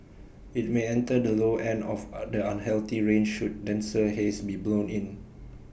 IT may enter the low end of are the unhealthy range should denser haze be blown in